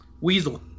Weasel